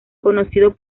conocido